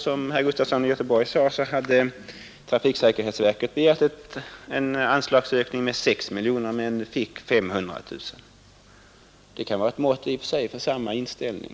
Som herr Gustafson i Göteborg sade, har trafiksäkerhetsverket begärt en anslagsökning med 6 miljoner men får 500 000. Det kan i och för sig vara ett uttryck för samma inställning.